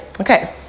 Okay